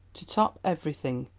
to top everything,